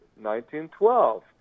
1912